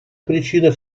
причина